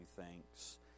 thanks